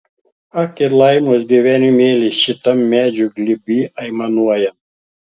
ak ir laimos gyvenimėlis šitam medžių glėby aimanuoja